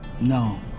No